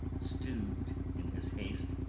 stew'd in his haste,